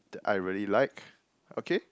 that I really like okay